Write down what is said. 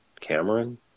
cameron